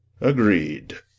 Agreed